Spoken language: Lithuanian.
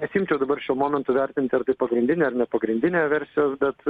nesiimčiau dabar šiuo momentu vertinti ar tai pagrindinė ar nepagrindinė versijos bet